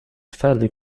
fairly